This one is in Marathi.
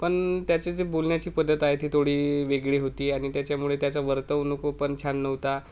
पण त्याची जी बोलण्याची पद्धत आहे ती थोडी वेगळी होती आणि त्याच्यामुळे त्याचा वर्तवणूक पण छान नव्हता